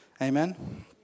Amen